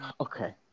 Okay